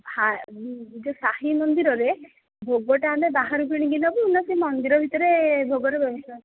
ଯେ ସାଇ ମନ୍ଦିରରେ ଭୋଗଟା ଆମେ ବାହାରୁ କିଣିକି ନେବୁ ନା ସେ ମନ୍ଦିର ଭିତରେ ଭୋଗର ବ୍ୟବସ୍ତା ଅଛି